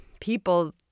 people